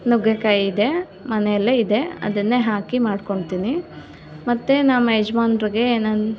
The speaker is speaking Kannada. ನುಗ್ಗೆಕಾಯಿ ಇದೆ ಮನೆಯಲ್ಲೇ ಇದೆ ಅದನ್ನೇ ಹಾಕಿ ಮಾಡ್ಕೊಳ್ತೀನಿ ಮತ್ತೆ ನಮ್ಮ ಯಜಮಾನ್ರಿಗೆ ನನ್ನ